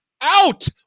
out